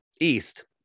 east